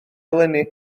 eleni